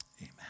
Amen